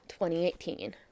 2018